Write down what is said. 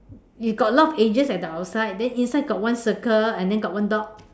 we got a lot edges at the outside then inside got one circle and then got one dot